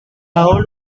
old